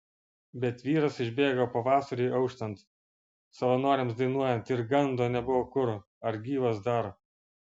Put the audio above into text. bet vyras išbėgo pavasariui auštant savanoriams dainuojant ir gando nebuvo kur ar gyvas dar